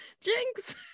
Jinx